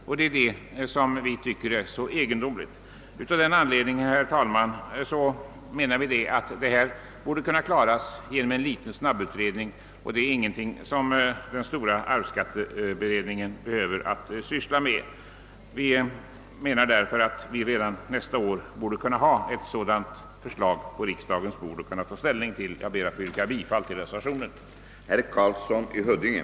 Vi reservanter har ansett att en snabbutredning borde kunna utgöra tillräckligt underlag för en proposition i ärendet. Detta är ingenting som den stora arvsskatteberedningen behöver syssla med. Vi anser därför att ett förslag redan nästa år borde kunna komma på riksdagens bord. Jag ber att få yrka bifall till reservationen.